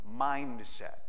mindset